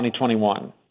2021